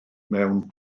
mewn